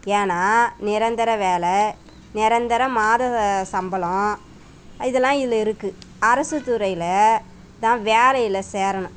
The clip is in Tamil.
ஏன்னா நிரந்தர வேலை நிரந்தர மாத சம்பளம் இதெல்லாம் இதில் இருக்குது அரசுத் துறையில் தான் வேலையில் சேரணும்